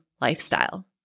lifestyle